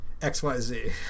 xyz